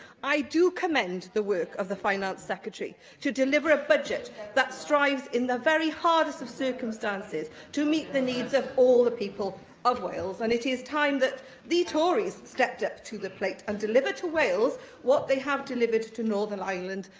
i do commend the work of the finance secretary to deliver a budget that strives in the very hardest of circumstances to meet the needs of all the people of wales. and it is time that the tories stepped up to the plate and delivered to wales what they have delivered to northern ireland.